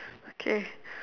okay